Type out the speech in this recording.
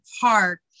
park